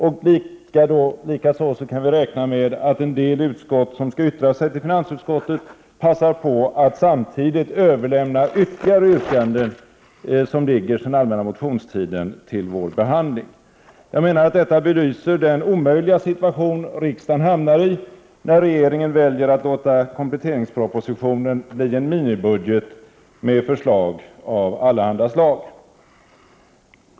Vi kan också räkna med att en del utskott som skall yttra sig till finansutskottet passar på att samtidigt till behandling överlämna ytterligare yrkanden som ligger sedan allmänna motionstiden. Jag menar att detta belyser den omöjliga situation som riksdagen hamnar i när regeringen väljer att låta kompletteringspropositionen bli en minibudget med förslag av allehanda slag.